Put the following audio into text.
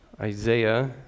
Isaiah